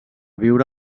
viure